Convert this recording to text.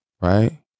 Right